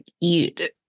eat